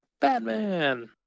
batman